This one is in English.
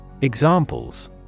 Examples